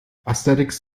asterix